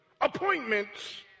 appointments